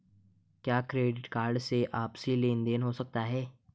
क्या credit card से आपसी लेनदेन हो सकता है?